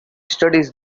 studies